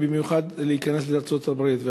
ובמיוחד בכניסה לארצות-הברית.